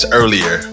earlier